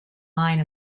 line